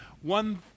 One